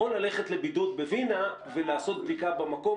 או ללכת לבידוד בווינה ולעשות בדיקה במקום,